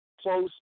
close